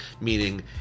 Meaning